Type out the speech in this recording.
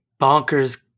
bonkers